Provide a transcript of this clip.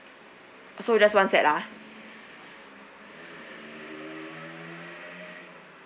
so just one set ah